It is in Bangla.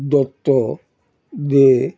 দত্ত দে